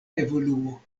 evoluo